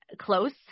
close